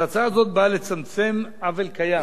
אז ההצעה הזאת באה לצמצם עוול קיים.